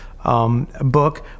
Book